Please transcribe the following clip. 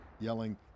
yelling